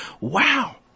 wow